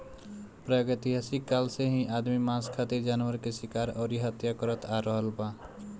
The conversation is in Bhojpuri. प्रागैतिहासिक काल से ही आदमी मांस खातिर जानवर के शिकार अउरी हत्या करत आ रहल बा